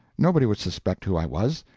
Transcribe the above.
nobody would suspect who i was.